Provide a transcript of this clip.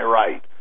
right